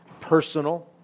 personal